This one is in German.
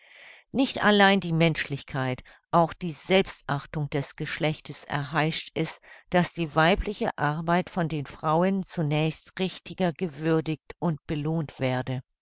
nicht allein die menschlichkeit auch die selbstachtung des geschlechtes erheischt es daß die weibliche arbeit von den frauen zunächst richtiger gewürdigt und belohnt werde